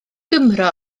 gymro